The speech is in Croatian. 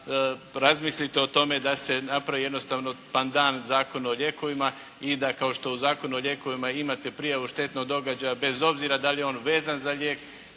da razmislite o tome da se napravi jednostavno pandan Zakon o lijekovima i da, kao što u Zakonu o lijekovima imate prijavu štetnog događaja bez obzira da li je on vezan za lijek,